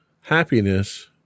happiness